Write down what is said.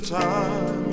time